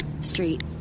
Street